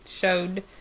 showed